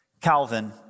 Calvin